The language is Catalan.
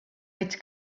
veig